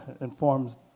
informs